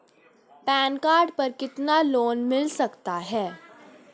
Pan card पर कितना loan मिल सकता है?